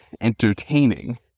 entertaining